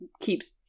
keeps-